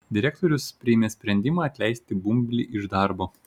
direktorius priėmė sprendimą atleisti bumblį iš darbo